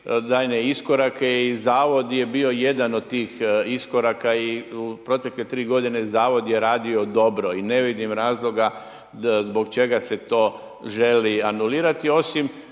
daljnje iskorake i Zavod je bio jedan od tih iskoraka i u protekle 3 g. zavod je radio dobro i ne vidim razloga zbog čega se to želi anulirati osim